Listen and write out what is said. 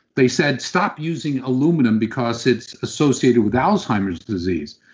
they said stop using aluminum because it's associated with alzheimer's disease.